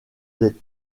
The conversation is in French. des